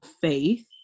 faith